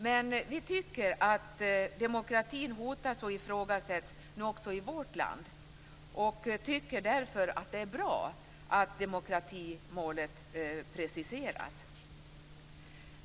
Men vi tycker att demokratin nu hotas och ifrågasätts också i vårt land och tycker därför att det är bra att demokratimålet preciseras.